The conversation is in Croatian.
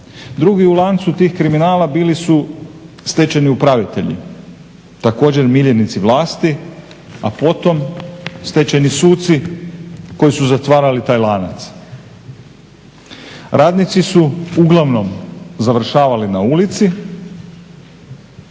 Drugi u lancu tih kriminala bili su stečajni upravitelji također miljenici vlasti, a potom stečajni suci koji su zatvarali taj lanac. Radnici su uglavnom završavali na ulici,